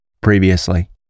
previously